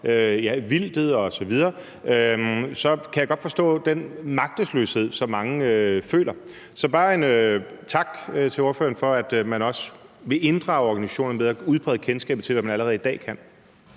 for vildtet osv., så kan jeg godt forstå den magtesløshed, som mange føler. Så det er bare en tak til ordføreren for, at man også vil inddrage organisationerne ved at udbrede kendskabet til, hvad man allerede i dag kan.